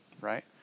right